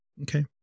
Okay